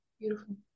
beautiful